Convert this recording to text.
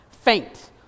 faint